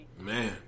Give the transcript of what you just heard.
Man